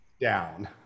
down